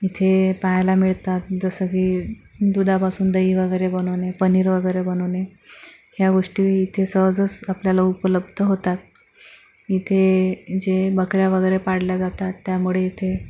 इथे पाहायला मिळतात जसं की दुधापासून दही वगैरे बनवणे पनीर वगैरे बनवणे या गोष्टी इथे सहजच आपल्याला उपलब्ध होतात इथे जे बकऱ्या वगैरे पाळल्या जातात त्यामुळे इथे